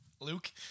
Luke